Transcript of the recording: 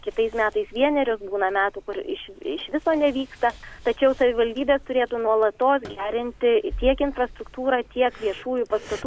kitais metais vienerius būna metų kur iš iš viso nevyksta tačiau savivaldybė turėtų nuolatos gerinti tiek infrastruktūrą tiek viešųjų pastatų